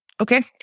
Okay